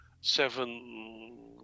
seven